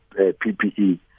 PPE